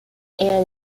and